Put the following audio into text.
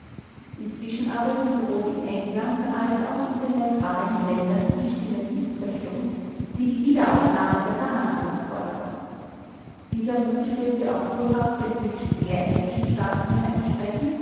inzwischen aber sind sowohl in england als auch in den neutralen ländern die stimmen nicht verstummt die die wiederaufnahme der verhandlungen forderten dieser wunsch dürfte auch durchaus den wünschen der englischen staatsmänner entsprechen